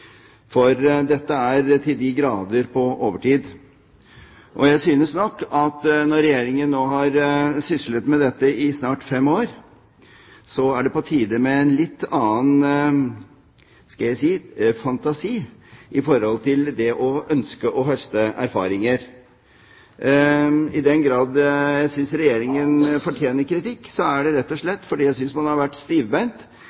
for dette er til de grader på overtid. Jeg synes nok at når Regjeringen har syslet med dette i snart fem år, er det på tide med en litt annen, skal vi si, fantasi når det gjelder å høste erfaringer. I den grad jeg synes Regjeringen fortjener kritikk, er det rett og